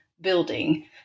building